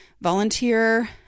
volunteer